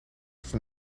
from